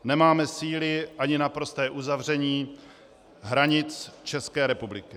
Nemáme síly ani na prosté uzavření hranic České republiky.